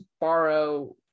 borrow